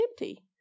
empty